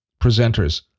presenters